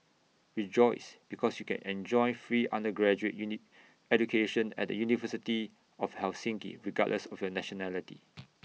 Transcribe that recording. rejoice because you can enjoy free undergraduate education at the university of Helsinki regardless of your nationality